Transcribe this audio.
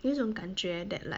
有一种感觉 that like